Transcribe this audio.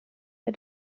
wir